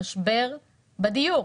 המשבר בדיור?